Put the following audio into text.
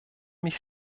mich